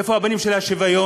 איפה הפנים של השוויון?